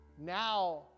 Now